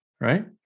right